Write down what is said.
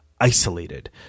isolated